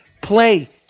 play